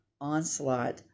onslaught